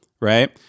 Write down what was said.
right